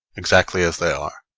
exactly as they are.